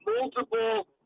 multiple